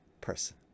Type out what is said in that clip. person